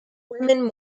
women